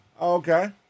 Okay